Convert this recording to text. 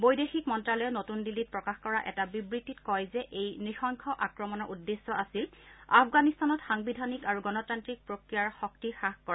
বৈদেশিক মন্ত্ৰালয়ে নতুন দিল্লীত প্ৰকাশ কৰা এটা বিবৃতিত কয় যে এই নৃশংস আক্ৰমণৰ উদ্দেশ্য আছিল আফগানিস্তানত সাংবিধানিক আৰু গণতান্ত্ৰিক প্ৰক্ৰিয়াৰ শক্তি হাস কৰা